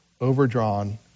overdrawn